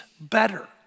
better